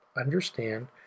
understand